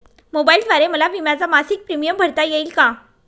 मोबाईलद्वारे मला विम्याचा मासिक प्रीमियम भरता येईल का?